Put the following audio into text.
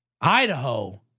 Idaho